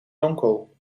nonkel